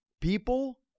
People